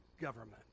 government